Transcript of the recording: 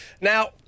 Now